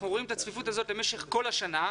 אנחנו רואים את הצפיפות הזאת במשך כל השנה.